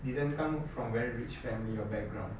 didn't come from very rich family or background